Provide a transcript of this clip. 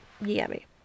yummy